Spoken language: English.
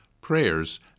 prayers